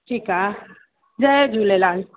ठीकु आहे जय झूलेलाल